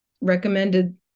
recommended